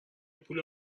پول